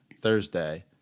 Thursday